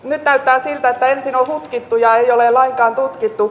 nyt näyttää siltä että ensin on hutkittu ja ei ole lainkaan tutkittu